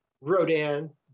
rodan